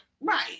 Right